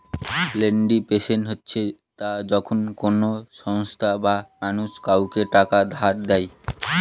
lending process হচ্ছে তা যখন কোনো সংস্থা বা মানুষ কাউকে টাকা ধার দেয়